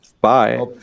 Bye